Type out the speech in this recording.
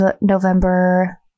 November